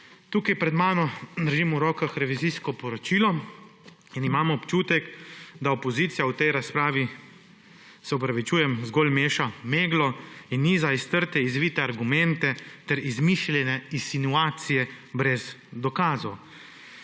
Tukaj pred seboj držim v rokah revizijsko poročilo in imam občutek, da opozicija v tej razpravi, se opravičujem, zgolj meša meglo in niza iz trte zvite argumente ter izmišljene insinuacije brez dokazov,